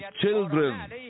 children